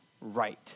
right